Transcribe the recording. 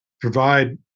provide